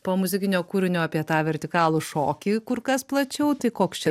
po muzikinio kūrinio apie tą vertikalų šokį kur kas plačiau tai koks čia